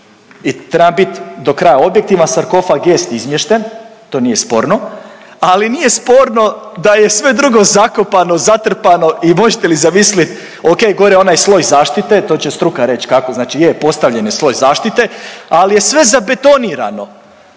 i treba biti do kraja objektivan, sarkofag jest izmješten to nije sporno, ali nije sporno da je sve drugo zakopano, zatrpano i možete li zamislit ok gore je onaj sloj zaštite to će struka reći kako, je postavljen je sloj zaštite ali je sve zabetonirano.